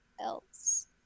else